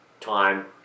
time